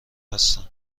هستن